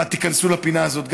מה, תיכנסו גם לפינה הזאת?